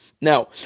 Now